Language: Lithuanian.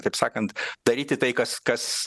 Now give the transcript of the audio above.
taip sakant daryti tai kas kas